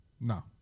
No